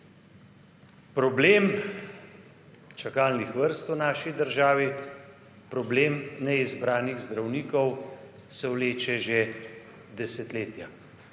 Problem čakalnih vrst v naši državi, problem neizbranih zdravnikov, se vleče že desetletja.